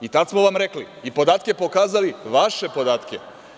I tad smo vam rekli i podatke pokazali, vaše podatke.